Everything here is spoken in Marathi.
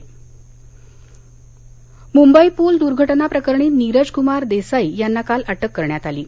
मंदई व्रिज मुंबई पूल दुर्घटना प्रकरणी नीरजकुमार देसाई यांना काल अटक करण्यात आली आहे